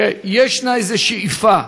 במיוחד שיש איזו שאיפה,